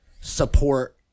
support